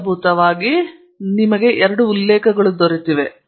ಮೂಲಭೂತವಾಗಿ ನಿಮಗೆ ಎರಡು ಉಲ್ಲೇಖಗಳು ದೊರೆತಿವೆ